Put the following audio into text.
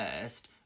first